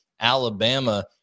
Alabama